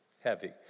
heavy